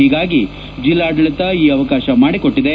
ಹೀಗಾಗಿ ಜಿಲ್ಲಾಡಳಿತ ಈ ಅವಕಾಶ ಮಾಡಿಕೊಟ್ಟಿದೆ